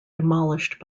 demolished